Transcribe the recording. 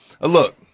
look